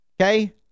Okay